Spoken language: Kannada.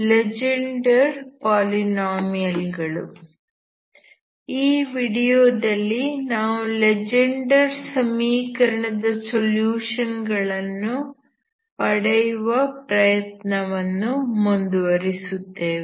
ಲೆಜೆಂಡರ್ ಪಾಲಿನಾಮಿಯಲ್ ಗಳು ಈ ವಿಡಿಯೋದಲ್ಲಿ ನಾವು ಲೆಜೆಂಡರ್ಸ್ ಸಮೀಕರಣ Legendre's equation ದ ಸೊಲ್ಯೂಷನ್ ಗಳನ್ನು ಪಡೆಯುವ ಪ್ರಯತ್ನವನ್ನು ಮುಂದುವರಿಸುತ್ತೇವೆ